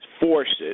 forces